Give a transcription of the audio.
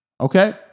okay